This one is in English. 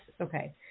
okay